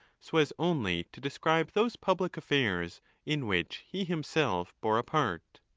so as only to describe those public affairs in which he himself bore a part.